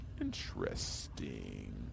Interesting